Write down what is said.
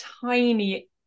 tiny